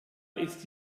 ist